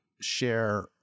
share